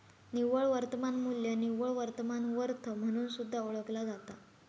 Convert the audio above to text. निव्वळ वर्तमान मू्ल्य निव्वळ वर्तमान वर्थ म्हणून सुद्धा ओळखला जाता